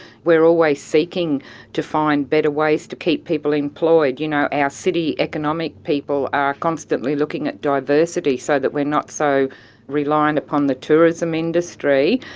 we're always seeking to find better ways to keep people employed. you know, our city economic people are constantly looking at diversity so that we're not so reliant upon the tourism industry.